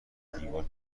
دیوار